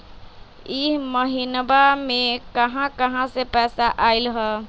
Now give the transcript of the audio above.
इह महिनमा मे कहा कहा से पैसा आईल ह?